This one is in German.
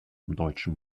deutschen